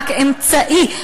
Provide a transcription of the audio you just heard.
רק אמצעי.